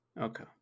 Okay